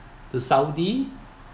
to saudi